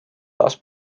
taas